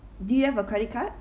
do you have a credit card